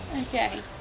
Okay